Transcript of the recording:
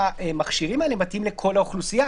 מכלל ההן אתה שומע את הלאו,